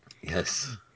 Yes